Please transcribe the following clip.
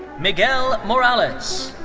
miguel morales.